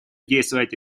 действовать